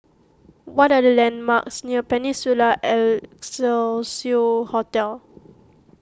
what are the landmarks near Peninsula Excelsior Hotel